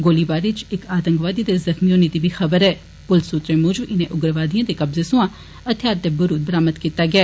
गोलीबारी च इक आतंकवादी दे जख्मी होने दी बी खबर ऐं पुलस सूत्रें मूजब इनें उग्रवादिए दे कब्जे सोयां हथियार ते बरुद बरामद कीता गेआ